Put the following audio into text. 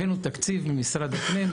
הבאנו תקציב ממשרד הפנים,